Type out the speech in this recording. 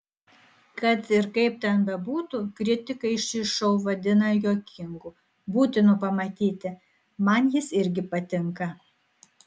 kad ir kaip ten bebūtų kritikai šį šou vadina juokingu būtinu pamatyti man jis irgi patinka